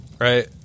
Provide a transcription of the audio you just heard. right